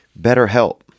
BetterHelp